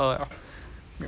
milkshake